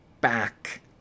back